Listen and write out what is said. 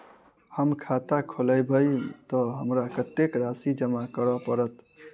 हम खाता खोलेबै तऽ हमरा कत्तेक राशि जमा करऽ पड़त?